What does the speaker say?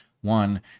One